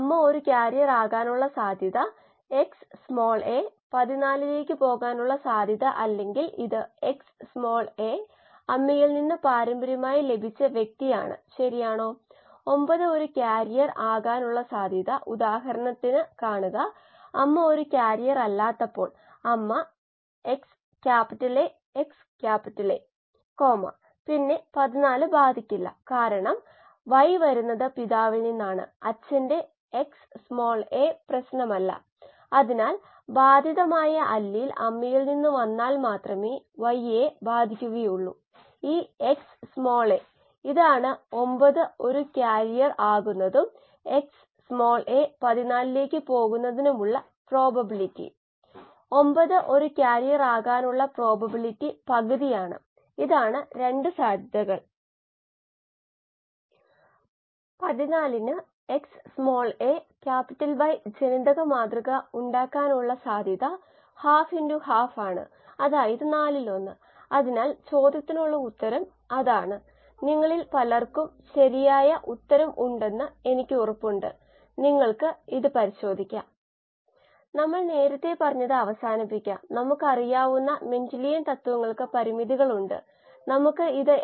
നമ്മളുടെ പതിവ് ചോദ്യം നമ്മൾ നിർവചിച്ച വിവിധ അളവുകളുടെ അടിസ്ഥാനത്തിൽ Y x O2 ആണ് നമ്മൾക്ക് അറിയേണ്ടത്